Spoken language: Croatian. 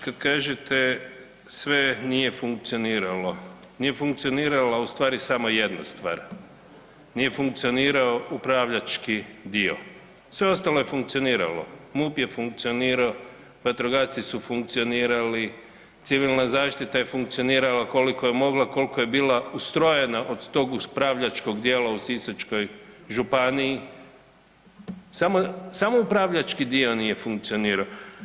Kada kažete sve nije funkcioniralo, nije funkcionirala ustvari samo jedna stvar, nije funkcionirao upravljački dio, sve ostalo je funkcioniralo, MUP je funkcionirao, vatrogasci su funkcionirali, civilna zaštita je funkcionirala koliko je mogla, koliko je bila ustrojena od tog upravljačkog dijela u Sisačkoj županiji, samo upravljački dio nije funkcionirao.